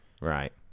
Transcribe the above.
Right